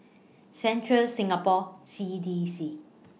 Central Singapore C D C